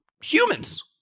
humans